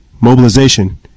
mobilization